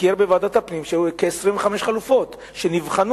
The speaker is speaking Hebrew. תיאר בוועדת הפנים כ-25 חלופות שנבחנו